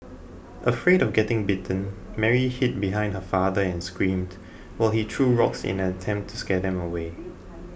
afraid of getting bitten Mary hid behind her father and screamed while he threw rocks in an attempt to scare them away